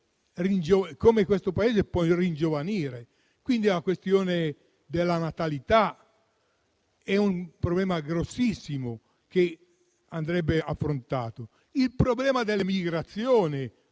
come questo Paese possa ringiovanire. Quindi la questione della natalità è un problema grossissimo, che andrebbe affrontato. Il problema delle migrazioni